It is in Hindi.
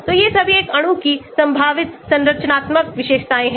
तो ये सभी एक अणु की संभावित संरचनात्मक विशेषताएं हैं